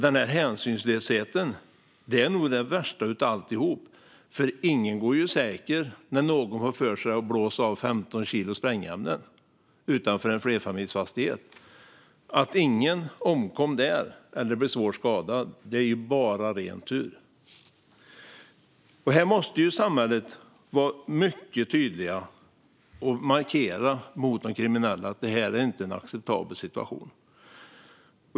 Den hänsynslösheten är nog det värsta av alltihop. Ingen går säker när någon får för sig att blåsa av 15 kilo sprängämnen utanför en flerfamiljsfastighet. Att ingen omkom eller blev svårt skadad är bara ren tur. Här måste samhället vara mycket tydligt och markera mot de kriminella att det inte är en acceptabel situation.